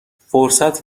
فرصت